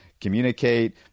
communicate